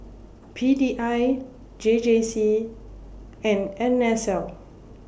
P D I J J C and N S L